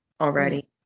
Already